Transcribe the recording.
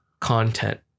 content